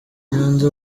nyanza